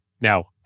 now